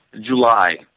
July